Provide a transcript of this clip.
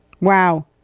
Wow